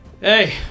Hey